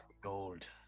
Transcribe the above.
gold